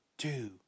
Two